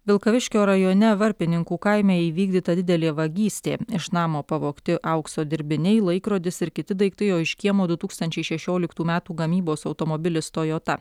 vilkaviškio rajone varpininkų kaime įvykdyta didelė vagystė iš namo pavogti aukso dirbiniai laikrodis ir kiti daiktai o iš kiemo du tūkstančiai šešioliktų metų gamybos automobilis toyota